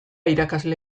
irakasle